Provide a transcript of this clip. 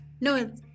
no